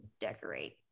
decorate